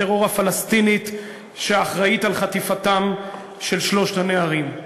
בממשלת הטרור הפלסטינית שאחראית לחטיפתם של שלושת הנערים.